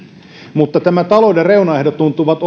mutta nämä talouden reunaehdot tuntuvat